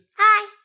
Hi